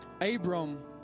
Abram